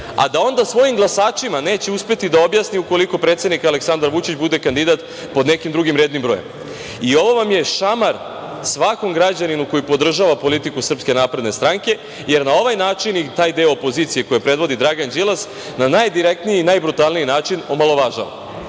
a da onda svojim glasačima neće uspeti da objasni ukoliko predsednik Aleksandar Vučić bude kandidat pod nekim drugim rednim brojem. Ovo vam je šamar svakom građaninu koji podržava politiku SNS, jer na ovaj način ih taj deo opozicije koji predvodi Dragan Đilas na najdirektniji i najbrutalniji način omalovažava.